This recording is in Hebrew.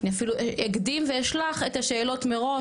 אני אפילו אקדים ואשלח את השאלות מראש,